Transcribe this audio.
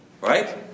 Right